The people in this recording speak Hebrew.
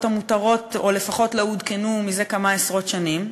המותרות או לפחות לא עודכנו זה כמה עשרות שנים,